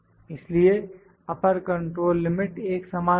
इसलिए upper control limit एक समान होगी